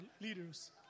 leaders